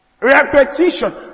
Repetition